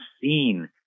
seen